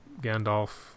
Gandalf